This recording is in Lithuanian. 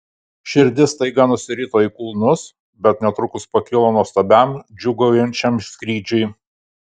širdis staiga nusirito į kulnus bet netrukus pakilo nuostabiam džiūgaujančiam skrydžiui